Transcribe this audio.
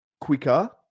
quicker